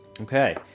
Okay